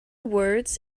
words